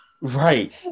Right